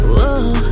Whoa